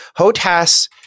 hotas